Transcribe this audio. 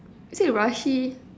is it rushy